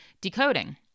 decoding